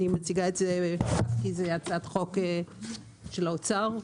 זו הצעת חוק של האוצר.